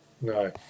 No